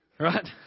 Right